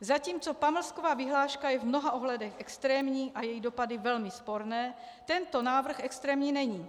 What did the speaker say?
Zatímco pamlsková vyhláška je v mnoha ohledech extrémní a její dopady velmi sporné, tento návrh extrémní není.